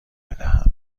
بدهم